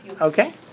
Okay